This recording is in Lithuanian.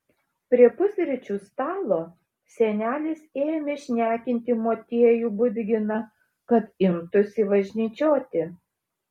prie pusryčių stalo senelis ėmė šnekinti motiejų budginą kad imtųsi važnyčioti